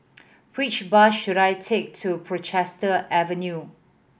which bus should I take to Portchester Avenue